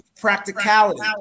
practicality